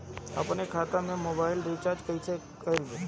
अपने खाता से मोबाइल रिचार्ज कैसे करब?